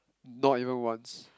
not even once